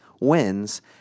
wins